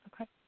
okay